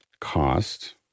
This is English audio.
cost